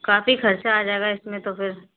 काफ़ी खर्चा आ जाएगा इसमें तो फिर